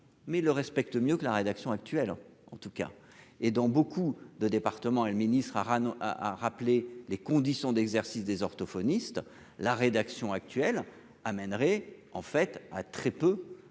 mais le respecte mieux que la rédaction actuelle en tout cas et dans beaucoup de départements et le ministre a a a rappelé les conditions d'exercice des orthophonistes la rédaction actuelle amènerez en fait a très peu